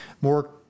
more